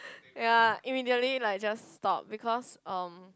ya immediately like just stop because um